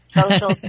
social